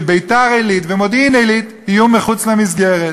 שביתר-עילית ומודיעין-עילית יהיו מחוץ למסגרת.